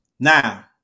Now